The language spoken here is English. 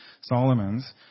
Solomon's